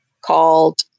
called